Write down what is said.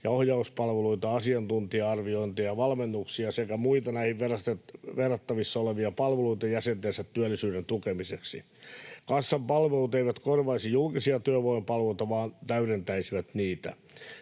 ja ohjauspalveluita, asiantuntija-arviointeja, valmennuksia sekä muita näihin verrattavissa olevia palveluita jäsentensä työllisyyden tukemiseksi. Kassan palvelut eivät korvaisi julkisia työvoimapalveluita vaan täydentäisivät niitä.